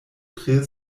tre